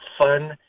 fun